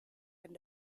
and